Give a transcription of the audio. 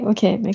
Okay